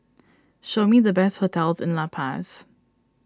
show me the best hotels in La Paz